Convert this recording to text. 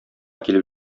килеп